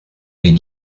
est